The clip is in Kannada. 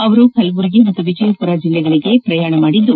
ಅವರು ಕಲಬುರಗಿ ಮತ್ತು ವಿಜಯಪುರ ಜಲ್ಲೆಗಳಗೆ ಪ್ರಯಾಣ ಮಾಡಿದ್ದು